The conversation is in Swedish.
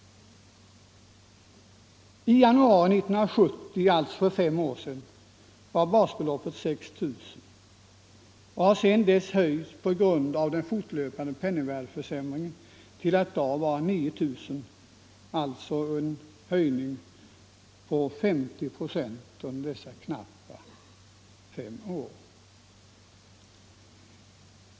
I januari 1970, alltså för nära fem år sedan, var basbeloppet 6 000 kronor och har sedan dess på grund av den fortlöpande penningvärdeförsämringen höjts till att i dag vara 9 000 kronor, alltså en höjning med 50 procent under knappt fem år.